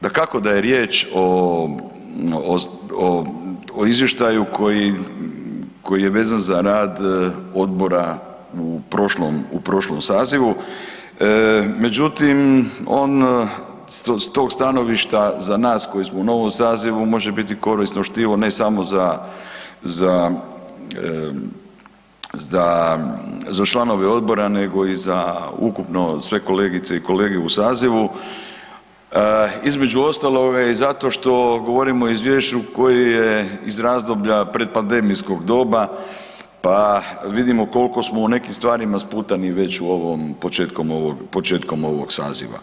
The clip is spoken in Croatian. Dakako da je riječ o izvještaju koji je vezan za rad odbora u prošlom sazivu, međutim on s tog stanovišta za nas koji smo u novom sazivu može biti korisno štivo ne samo za članove odbora nego za ukupno sve kolegice i kolege u sazivu, između ostalog zato što govorimo o izvješću koje je iz razdoblja pred pandemijskog doba pa vidimo koliko smo u nekim stvarima sputani već početkom ovog saziva.